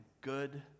good